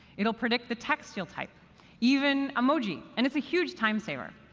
it'll predict the text you'll type even emoji. and it's a huge time-saver.